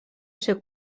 ser